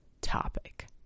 topic